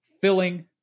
filling